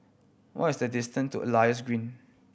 what is the distant to Elias Green